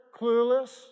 clueless